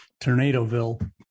Tornadoville